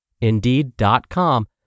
Indeed.com